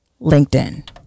LinkedIn